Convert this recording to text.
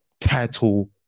title